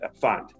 fund